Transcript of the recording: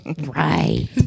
Right